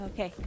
Okay